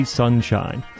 sunshine